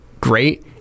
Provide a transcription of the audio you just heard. great